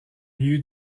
lieu